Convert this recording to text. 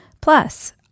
Plus